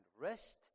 rest